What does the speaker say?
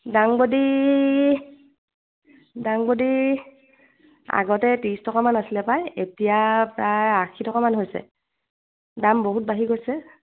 ডাংবডী ডাংবডী আগতে ত্ৰিছ টকামান আছিলে পাই এতিয়া প্ৰায় আশী টকামান হৈছে দাম বহুত বাঢ়ি গৈছে